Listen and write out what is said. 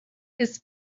his